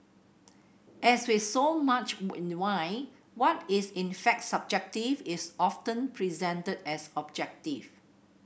as with so much in wine what is in fact subjective is often presented as objective